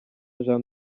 jean